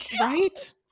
right